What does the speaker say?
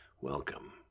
Welcome